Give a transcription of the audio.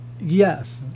yes